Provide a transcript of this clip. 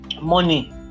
money